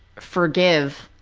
forgive